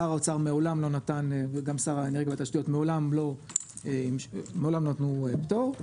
שר האוצר ושר האנרגיה והתשתיות מעולם לא נתנו פטור.